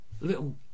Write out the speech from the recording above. little